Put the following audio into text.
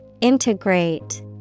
Integrate